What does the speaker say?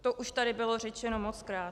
To už tady bylo řečeno mockrát.